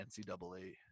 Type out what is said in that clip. NCAA